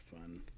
fun